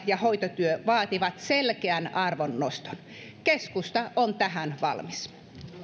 ja hoitotyö vaativat selkeän arvonnoston keskusta on tähän valmis